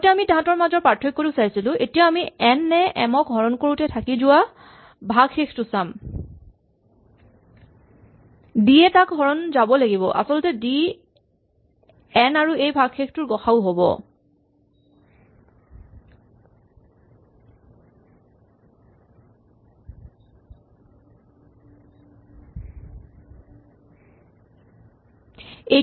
আগতে আমি তাহাঁতৰ মাজৰ পাৰ্থক্যটো চাইছিলো এতিয়া আমি এন এ এম ক হৰণ কৰোতে থাকি যোৱা ভাগশেষটোক চাম ডি য়ে তাক হৰণ যাব লাগিব আচলতে ডি এন আৰু এই ভাগশেষটোৰ গ সা উ হ'ব